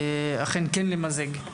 אכן כן למזג.